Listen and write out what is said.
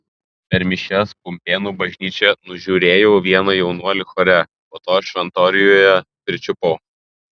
per mišias pumpėnų bažnyčioje nužiūrėjau vieną jaunuolį chore po to šventoriuje pričiupau